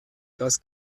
das